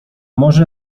właśnie